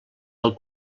del